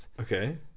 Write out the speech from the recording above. okay